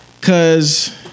Cause